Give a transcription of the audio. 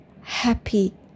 happy